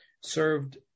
served